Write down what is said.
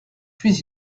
puis